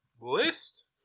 list